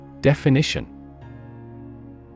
Definition